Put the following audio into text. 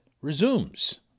resumes